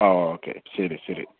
ആ ഓക്കേ ശരി ശരി